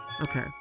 Okay